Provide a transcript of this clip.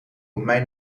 mijn